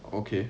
okay